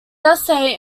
essay